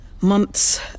Months